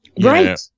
Right